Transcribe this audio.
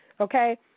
okay